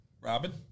Robin